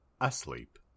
asleep